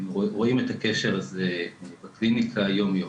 רואים את הקשר הזה בקליניקה יום יום.